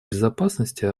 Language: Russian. безопасности